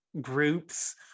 groups